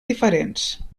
diferents